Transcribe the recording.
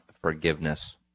forgiveness